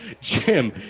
Jim